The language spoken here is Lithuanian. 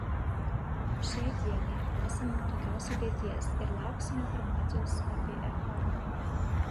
šiai dienai esame tokios sudėties ir lauksime informacijos apie echodą